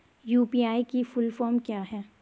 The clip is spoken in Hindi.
यु.पी.आई की फुल फॉर्म क्या है?